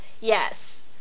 yes